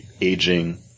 aging